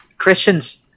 christians